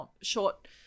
short